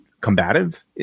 Combative